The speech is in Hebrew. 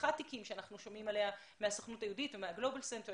בפתיחת תיקים עליה אנחנו שומרים מהסוכנות היהודית או מה-גלובל סנטר.